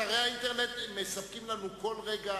האינטרנט מספקים לנו כל רגע,